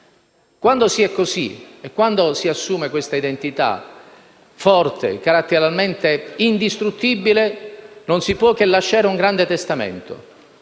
Quando si è così e quando si assume questa identità forte, caratterialmente indistruttibile, non si può che lasciare un grande testamento,